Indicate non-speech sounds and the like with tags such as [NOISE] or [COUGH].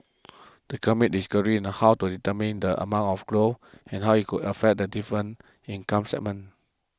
[UNINTELLIGIBLE] in how to determine the amount of growth and how it would affect the different income segments